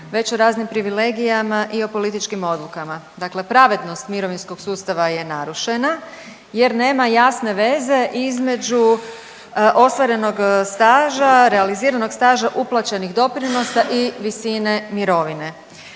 već o raznim privilegijama i o političkim odlukama. Dakle, pravednost mirovinskog sustava je narušena jer nema jasne veze između ostvarenog staža, realiziranog staža, uplaćenih doprinosa i visine mirovine.